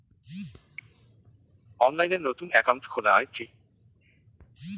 অনলাইনে নতুন একাউন্ট খোলা য়ায় কি?